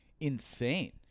insane